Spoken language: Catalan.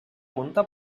punta